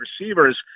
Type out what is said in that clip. receivers